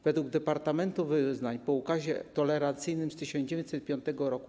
Według departamentu wyznań po ukazie tolerancyjnym z 1905 r.